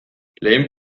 lehen